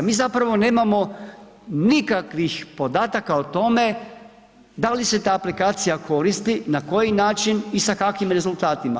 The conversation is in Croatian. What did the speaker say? Mi zapravo nemamo nikakvih podataka o tome da li se ta aplikacija koristi, na koji način i sa kakvim rezultatima.